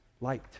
light